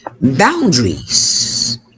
Boundaries